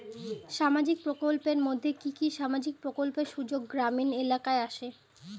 সামাজিক প্রকল্পের মধ্যে কি কি সামাজিক প্রকল্পের সুযোগ গ্রামীণ এলাকায় আসে?